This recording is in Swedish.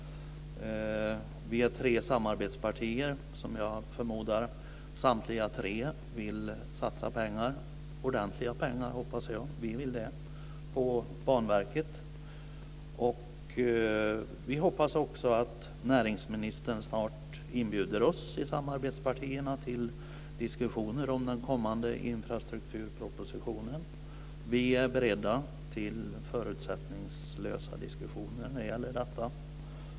Vi är tre samarbetspartier som jag förmodar samtliga vill satsa pengar på Banverket - ordentliga pengar, hoppas jag. Vi vill det. Vi hoppas också att näringsministern snart inbjuder oss i samarbetspartierna till diskussioner om den kommande infrastrukturpropositionen. Vi är beredda på förutsättningslösa diskussioner när det gäller detta.